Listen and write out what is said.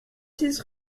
six